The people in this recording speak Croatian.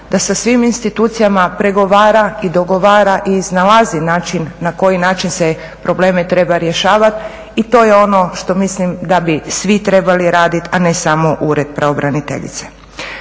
da sa svim institucijama pregovara i dogovara i iznalazi način na koji način se probleme treba rješavati i to je ono što mislim da bi svi trebali raditi a ne samo ured pravobraniteljice.